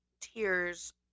tears